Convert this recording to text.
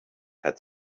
had